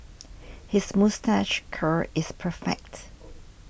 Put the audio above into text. his moustache curl is perfect